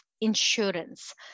insurance